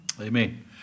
Amen